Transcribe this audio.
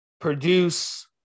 produce